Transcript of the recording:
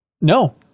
no